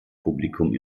publikum